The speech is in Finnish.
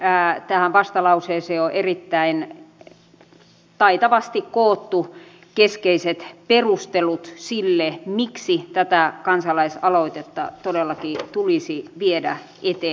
tähän vastalauseeseen on erittäin taitavasti koottu keskeiset perustelut sille miksi tätä kansalaisaloitetta todellakin tulisi viedä eteenpäin